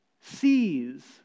sees